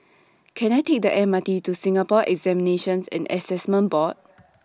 Can I Take The M R T to Singapore Examinations and Assessment Board